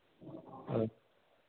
हाँ